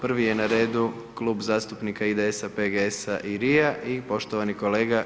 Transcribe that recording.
Prvi je na redu Klub zastupnika IDS-a, PGS-a, i RI-a i poštovani kolega